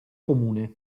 comune